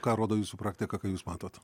ką rodo jūsų praktika ką jūs matot